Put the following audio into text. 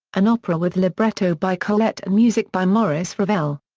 an opera with libretto by colette and music by maurice ravel.